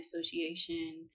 association